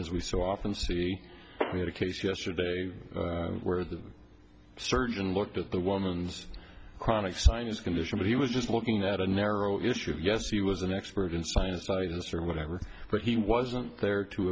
as we so often see the case yesterday where the surgeon looked at the woman's chronic sinus condition but he was just looking at a narrow issue yes he was an expert in sinusitis or whatever but he wasn't there to